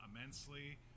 immensely